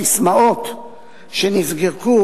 כנראה עקב הססמאות שמופרחות